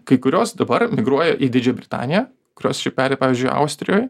kai kurios dabar migruoja į didžiąją britaniją kurios šiaip peri pavyzdžiui austrijoj